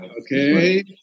Okay